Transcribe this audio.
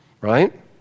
Right